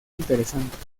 interesantes